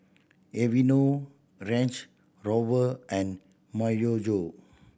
Aveeno Range Rover and Myojo